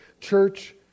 church